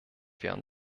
werden